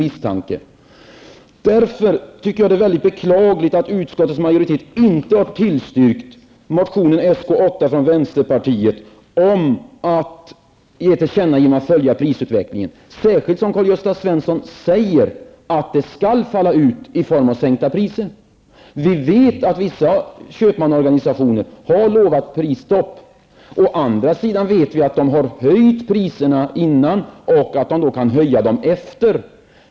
Mot denna bakgrund är det högst beklagligt att utskottets majoritet inte har tillstyrkt motion Sk8 som vi i vänsterpartiet har väckt. I denna motion hemställer vi om ett tillkännagivande om att prisutvecklingen skall följas. Karl-Gösta Svenson säger ju att utfallet av en sänkning blir lägre priser. Vissa köpmannaorganisationer har utlovat prisstopp. Å andra sidan har man ju redan höjt priserna. Således kan man höja priserna.